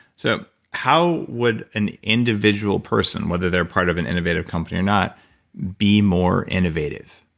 so, how would an individual person whether they're part of an innovative company or not be more innovative?